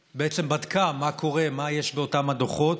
ובדקה מה קורה, מה יש באותם דוחות,